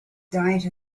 diet